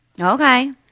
Okay